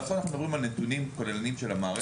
אנחנו מדברים על נתונים כוללניים של המערכת.